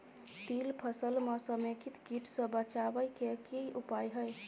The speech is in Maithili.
तिल फसल म समेकित कीट सँ बचाबै केँ की उपाय हय?